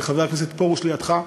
וחבר הכנסת פרוש לידך,